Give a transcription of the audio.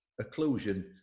Occlusion